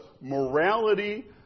morality